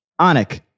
Anik